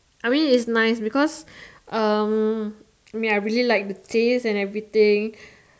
I mean it's nice because um ya I really like the taste and everything